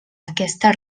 aquesta